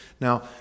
Now